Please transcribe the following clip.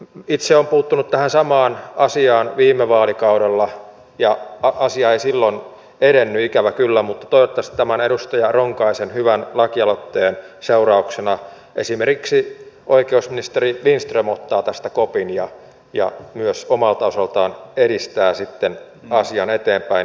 itse olen puuttunut tähän samaan asiaan viime vaalikaudella ja asia ei silloin edennyt ikävä kyllä mutta toivottavasti tämän edustaja ronkaisen hyvän lakialoitteen seurauksena esimerkiksi oikeusministeri lindström ottaa tästä kopin ja myös omalta osaltaan edistää sitten asian eteenpäinmenoa